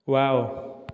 wow